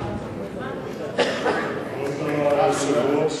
כבוד היושב-ראש,